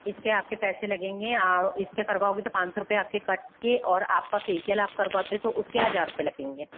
इसके आपके पैसे लगेंगे इसके करवाओगे तो पाँच सौ रुपय आपके काट के और आपका आप करवाते तो उसके हजार रुपए लगेंगे